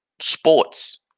sports